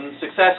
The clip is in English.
Success